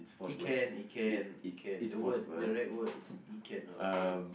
he can he can he can the word the right word is he can open